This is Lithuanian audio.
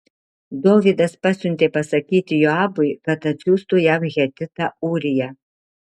dovydas pasiuntė pasakyti joabui kad atsiųstų jam hetitą ūriją